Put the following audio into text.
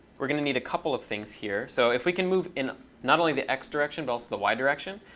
we're going to need a couple of things here. so if we can move in not only the x direction, but also the y direction,